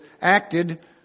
acted